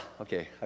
okay